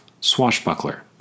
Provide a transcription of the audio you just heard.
Swashbuckler